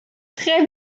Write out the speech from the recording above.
très